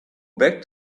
back